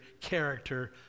character